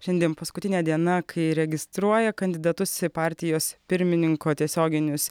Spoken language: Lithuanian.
šiandien paskutinė diena kai registruoja kandidatus į partijos pirmininko tiesioginius